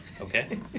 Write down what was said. Okay